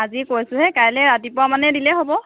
আজি কৈছোঁহে কাইলৈ ৰাতিপুৱামানে দিলেই হ'ব